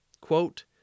Quote